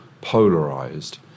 Polarized